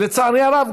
לצערי הרב,